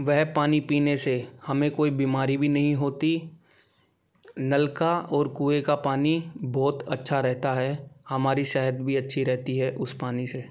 वह पानी पीने से हमें कोई बीमारी भी नहीं होती नल का और कुएँ का पानी बहुत अच्छा रहता है हमारी सेहत भी अच्छी रहती है उस पानी से